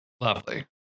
lovely